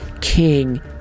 King